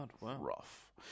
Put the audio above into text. rough